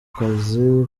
akazi